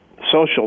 social